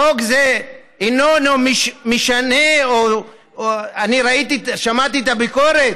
החוק הזה, אינו משנה, אני שמעתי את הביקורת.